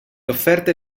offerte